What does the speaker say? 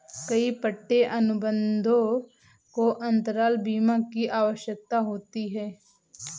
कई पट्टे अनुबंधों को अंतराल बीमा की आवश्यकता होती है